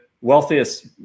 wealthiest